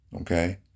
okay